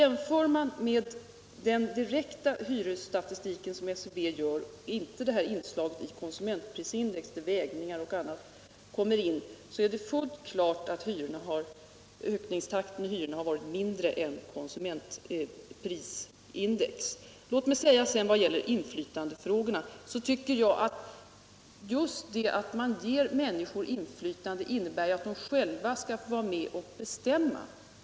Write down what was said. Jämför man med den direkta hyresstatistiken, som förs av SCB, framgår det fullt klart att ökningstakten för hyrorna varit lägre än för konsumentprisindex. Låt mig sedan säga att det förhållandet att man ger människorna inflytande innebär, att de själva skall få vara med och bestämma.